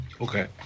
okay